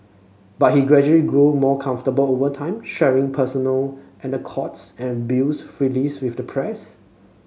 but he gradually grew more comfortable over time sharing personal anecdotes and views freely with the press